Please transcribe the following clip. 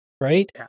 right